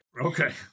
Okay